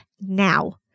now